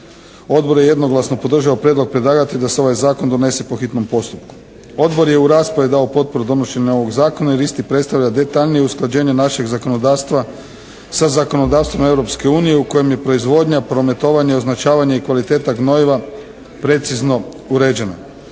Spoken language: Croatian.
Odbor je jednoglasno podržao prijedlog predlagatelja da se ovaj zakon donese po hitnom postupku. Odbor je u raspravi dao potporu donošenju ovog zakona jer isti predstavlja detaljnije usklađenje našeg zakonodavstva sa zakonodavstvima Europske unije, u kojem je proizvodnja, prometovanje, označavanje i kvaliteta gnojiva precizno uređena.